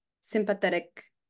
sympathetic